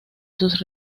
sus